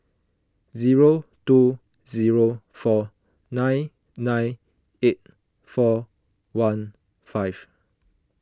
zero two zero four nine nine eight four one five